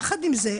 יחד עם זאת,